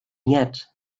yet